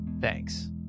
Thanks